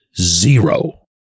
Zero